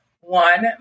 one